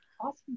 Awesome